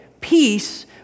peace